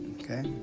okay